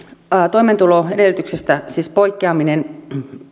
toimeentuloedellytyksestä poikkeaminen